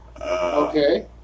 okay